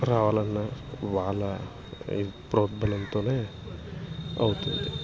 రావాలన్నా వాళ్ళ ప్రోత్బలంతోనే అవుతుంది